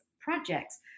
projects